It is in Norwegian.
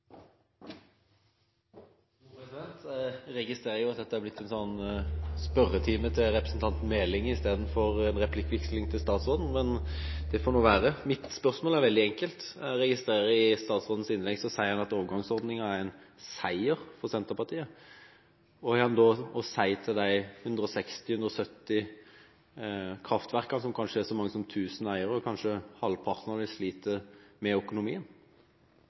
en replikkveksling med statsråden, men det får være. Mitt spørsmål er veldig enkelt. Jeg registrerer i statsrådens innlegg at han sier at overgangsordningen er en seier for Senterpartiet. Hva har han da å si til kanskje så mange som 1 000 eiere av de 160–170 kraftverkene, hvorav halvparten sliter med økonomien?